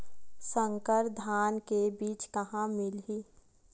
संकर धान के बीज कहां मिलही?